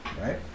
right